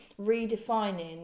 redefining